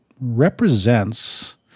represents